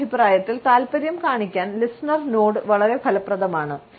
എന്റെ അഭിപ്രായത്തിൽ താൽപ്പര്യം കാണിക്കാൻ ലിസണർ നോഡ് വളരെ ഫലപ്രദമാണ്